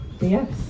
yes